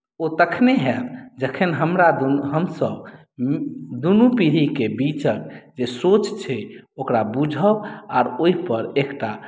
ओ तखने हैत जखन हमरा हमसभ दुनू पीढ़ीके बीचक जे सोच छै ओकरा बुझब आओर ओहिपर एकटा